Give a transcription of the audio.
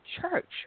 church